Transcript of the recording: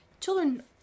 Children